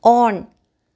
on